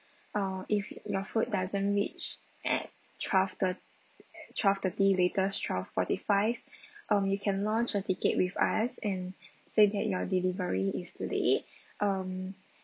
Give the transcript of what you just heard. uh if your food doesn't reach at twelve thir~ twelve thirty latest twelve forty five um you can launch a ticket with us and say that your delivery is late um